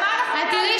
אז למה אנחנו מנהלים,